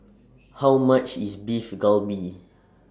How much IS Beef Galbi